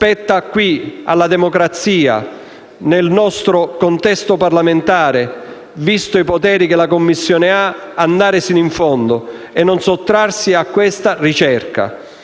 Spetta alla democrazia, nel nostro contesto parlamentare, visti i poteri della Commissione, andare sino in fondo e non sottrarsi alla ricerca